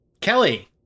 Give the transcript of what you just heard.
Kelly